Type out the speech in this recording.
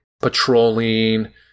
patrolling